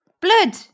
blood